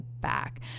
back